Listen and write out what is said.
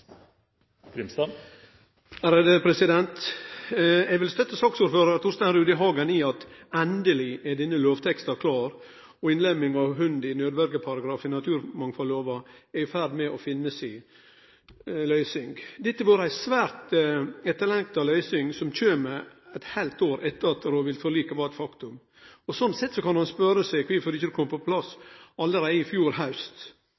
ikke er til stede i salen under behandlingen av denne saken, men regjeringen er representert ved statsråd Bjurstrøm. Eg vil støtte saksordførar Torstein Rudihagen i at endeleg er denne lovteksta klar. Innlemming av hund i nødverjeparagrafen i naturmangfaldlova er i ferd med å finne si løysing. Dette var ei svært etterlengta løysing, som kjem eit heilt år etter at rovviltforliket var eit faktum. Sånn sett kan ein spørje seg kvifor dette ikkje kom på plass allereie i fjor haust,